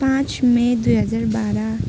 पाँच मे दुई हजार बाह्र